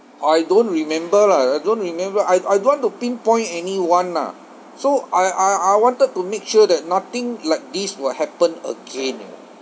I don't remember lah I don't remember I I don't want to pinpoint anyone lah so I I I wanted to make sure that nothing like this will happen again you know